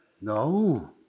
No